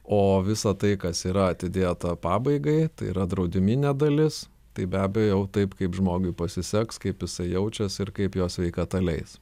o visą tai kas yra atidėta pabaigai tai yra draudiminė dalis tai be abejo jau taip kaip žmogui pasiseks kaip jisai jaučias ir kaip jo sveikata leis